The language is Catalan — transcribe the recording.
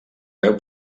veu